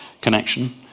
connection